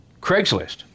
Craigslist